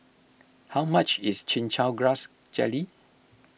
how much is Chin Chow Grass Jelly